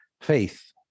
faith